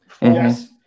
Yes